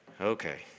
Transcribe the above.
Okay